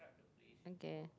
okay